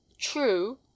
True